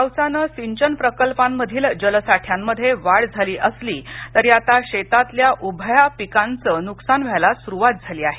पावसान सिंचन प्रकल्पां मधील जलासाठ्यामध्ये वाढ झाली असली तरी आता शेतातल्या उभ्या पिकाचं नुकसान व्हायला सुरूवात झाली आहे